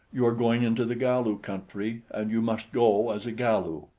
you are going into the galu country, and you must go as a galu.